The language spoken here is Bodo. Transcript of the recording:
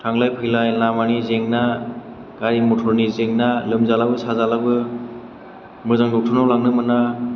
थालाइ फैलाइ लामानि जेंना गारि मथरनि जेंना लोमजालाबो साजालाबो मोजां दक्टरनाव लांनो मोना